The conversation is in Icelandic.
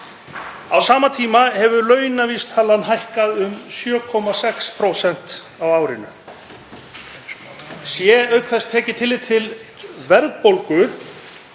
Á sama tíma hefur launavísitalan hækkað um 7,6% á árinu. Sé auk þess tekið tillit til verðbólgu